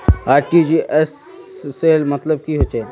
RTGS सेल मतलब की होचए?